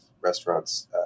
restaurants